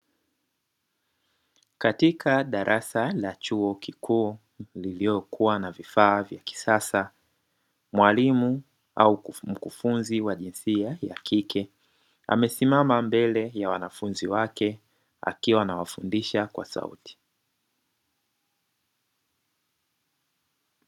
Katika darasa la chuo kikuu lililokuwa na vifaa vya kisasa, mwalimu au mkufunzi wa jinsia ya kike, amesimama mbele ya wanafunzi wake akiwa anawafundisha kwa sauti.